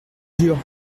jure